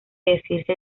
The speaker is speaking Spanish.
decirse